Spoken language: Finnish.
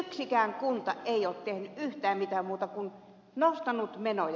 yksikään kunta ei ole tehnyt yhtään mitään muuta kuin nostanut menoja